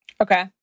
Okay